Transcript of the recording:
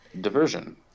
diversion